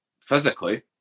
physically